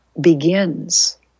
begins